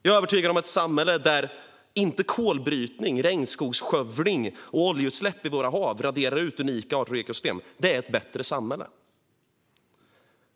Jag är övertygad om att ett samhälle där inte kolbrytning, regnskogsskövling och oljeutsläpp i våra hav raderar ut unika arter och ekosystem är ett bättre samhälle.